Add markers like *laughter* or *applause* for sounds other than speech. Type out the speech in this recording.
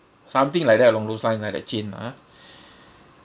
something like that along those lines lah their chain ah *breath*